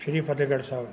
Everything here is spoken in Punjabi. ਸ਼੍ਰੀ ਫਤਹਿਗੜ੍ਹ ਸਾਹਿਬ